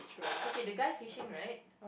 okay the guy fishing right